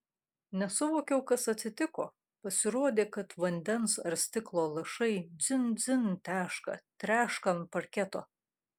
nesuvokiau kas atsitiko pasirodė kad vandens ar stiklo lašai dzin dzin teška treška ant parketo